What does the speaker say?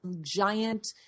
giant